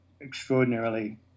extraordinarily